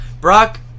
Brock